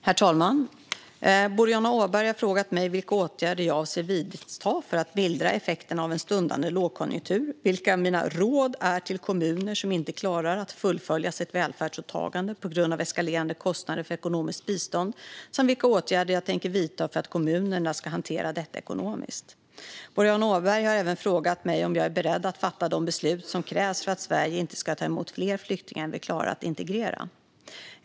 Herr talman! Boriana Åberg har frågat mig vilka åtgärder jag avser att vidta för att mildra effekterna av en stundande lågkonjunktur, vilka mina råd är till kommuner som inte klarar att fullfölja sitt välfärdsåtagande på grund av eskalerande kostnader för ekonomiskt bistånd samt vilka åtgärder jag tänker vidta för att kommunerna ska hantera detta ekonomiskt. Boriana Åberg har även frågat mig om jag är beredd att fatta de beslut som krävs för att Sverige inte ska ta emot fler flyktingar än vi klarar att integrera.